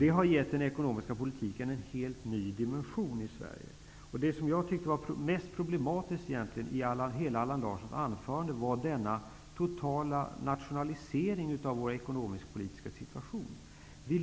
Det har gett den ekonomiska politiken en helt ny dimension i Sverige. Det som jag tycker var mest problematiskt i hela Allan Larssons anförande var denna totala nationalisering av vår ekonomiskpolitiska situation.